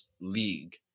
league